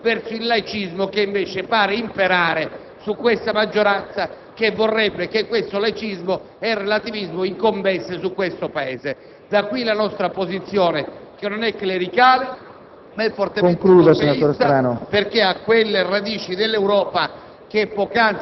dal Vaticano sorgono messaggi sui valori che vengono interpretati come dissacranti verso il laicismo che, invece, pare imperare su questa maggioranza che vorrebbe che tale laicismo e relativismo incombesse su questo Paese. Da qui la nostra posizione,